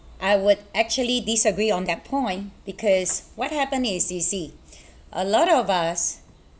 I would actually disagree on that point because what happened is you see a lot of us